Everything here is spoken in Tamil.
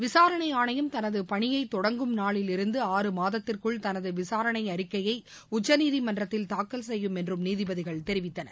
விசாரனை ஆணையம் தனது பணியை தொடங்கும் நாளிலிருந்து ஆறு மாதத்திற்குள் தனது விசாரணை அறிக்கையை உச்சநீதிமன்றத்தில் தாக்கல் செய்யும் என்றும் நீதிபதிகள் அறிவித்தனர்